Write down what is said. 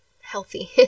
healthy